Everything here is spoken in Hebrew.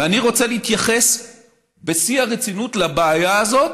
ואני רוצה להתייחס בשיא הרצינות לבעיה הזאת,